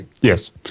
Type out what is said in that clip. Yes